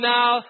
now